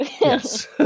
Yes